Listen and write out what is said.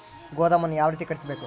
ಗೋದಾಮನ್ನು ಯಾವ ರೇತಿ ಕಟ್ಟಿಸಬೇಕು?